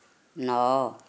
ନଅ